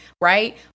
Right